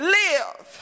live